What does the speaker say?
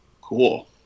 cool